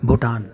Bhutan